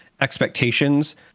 expectations